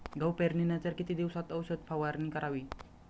गहू पेरणीनंतर किती दिवसात औषध फवारणी करावी?